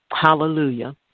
Hallelujah